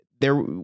There-